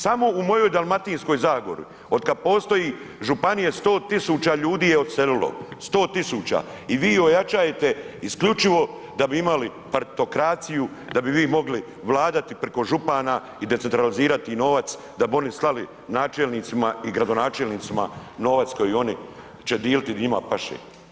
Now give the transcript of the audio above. Samo u mojoj Dalmatinskoj zagori od kad postoji županije 100.000 ljudi je odselilo, 100.000 i vi ojačajete isključivo da bi imali partitokraciju, da bi vi mogli vladati preko župana i decentralizirati novac da bi oni slali načelnicima i gradonačelnicima novac koji oni će diliti di njima paše.